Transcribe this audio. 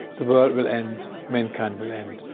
the world will end, mankind will end,